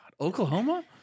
Oklahoma